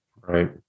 right